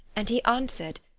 and he answered,